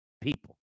people